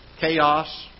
chaos